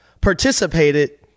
participated